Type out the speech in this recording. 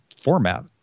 format